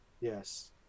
yes